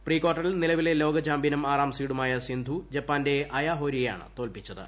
പ്രീക്വാർട്ടറിൽ നിലവിലെ ലോകചാമ്പ്യനും ആറാം സീഡുമായ സിന്ധു ജപ്പാന്റെ അയാ ഹോരിയെയാണ് തോൽപ്പിച്ചത്